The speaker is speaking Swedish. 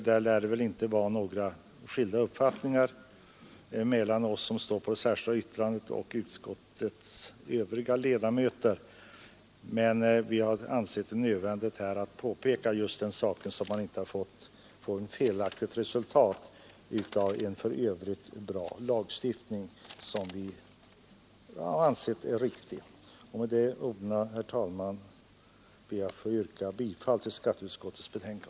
Det lär väl inte vara några skilda uppfattningar på denna punkt mellan oss som för det särskilda yttrandet och utskottets övriga ledamöter, men vi har ansett det nödvändigt att göra detta påpekande för att en i övrigt bra lagstiftning inte skall leda till ett resultat som vi inte anser riktigt. Med dessa ord, herr talman, ber jag att få yrka bifall till skatteutskottets hemställan.